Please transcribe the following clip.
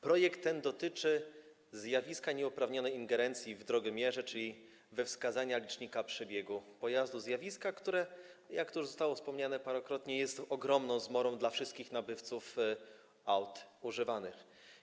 Projekt ten dotyczy zjawiska nieuprawnionej ingerencji w drogomierze, czyli we wskazania licznika przebiegu pojazdu, zjawiska, które, jak tu już zostało wspomniane parokrotnie, jest ogromną zmorą wszystkich nabywców aut używanych.